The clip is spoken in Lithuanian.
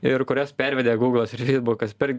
ir kurias pervedė guglas feisbukas per